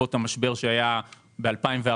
בעקבות המשבר שהיה ב-2014,